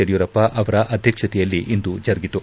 ಯಡಿಯೂರಪ್ಪ ಅವರ ಅಧ್ಯಕ್ಷತೆಯಲ್ಲಿ ಇಂದು ಜರುಗಿತು